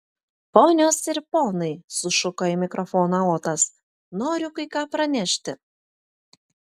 ponios ir ponai sušuko į mikrofoną otas noriu kai ką pranešti